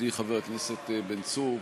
ידידי חבר הכנסת בן צור,